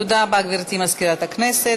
תודה רבה, גברתי מזכירת הכנסת.